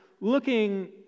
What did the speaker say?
looking